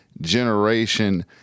generation